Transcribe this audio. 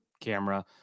camera